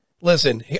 listen